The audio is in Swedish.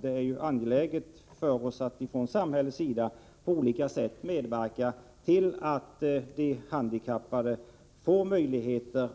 Det är ju angeläget för samhället att på olika sätt medverka till att de handikappade får möjligheter